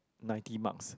ninety marks